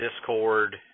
Discord